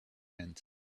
end